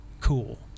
cool